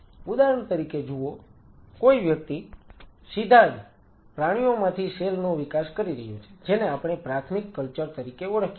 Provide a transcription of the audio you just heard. ઉદાહરણ તરીકે જુઓ કોઈ વ્યક્તિ સીધા જ પ્રાણીઓમાંથી સેલ નો વિકાસ રહ્યું છે જેને આપણે પ્રાથમિક કલ્ચર તરીકે ઓળખીએ છીએ